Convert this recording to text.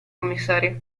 commissario